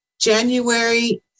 January